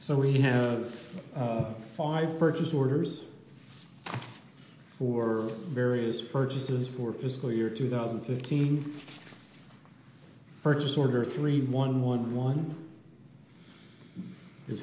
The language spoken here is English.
so we have five purchase orders for various purchases were physically or two thousand and fifteen purchase order three one one one is